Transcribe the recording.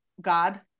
god